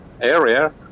area